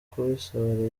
kubisaba